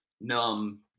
numb